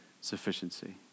sufficiency